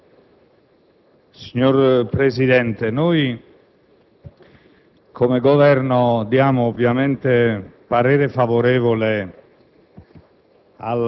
Signor Presidente, a nome del Governo esprimo ovviamente parere favorevole